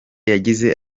yagize